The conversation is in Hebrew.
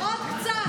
עוד קצת,